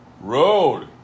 road